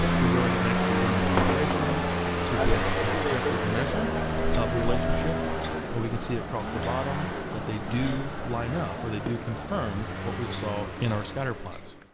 we go ahead and actually run the correlation to get an objective measure of the relationship and we can see across the bottom that they do line up or they do confirm what we saw in our scatterplots.